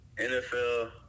NFL